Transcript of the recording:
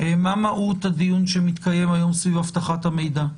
מה מהות הדיון שמתקיים היום סביב אבטחת המידע.